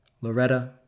Loretta